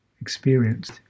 experienced